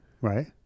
Right